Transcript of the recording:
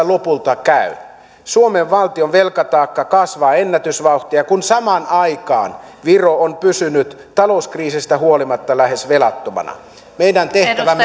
lopulta käy suomen valtion velkataakka kasvaa ennätysvauhtia kun samaan aikaan viro on pysynyt talouskriiseistä huolimatta lähes velattomana meidän tehtävämme